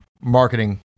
marketing